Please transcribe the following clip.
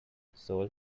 sol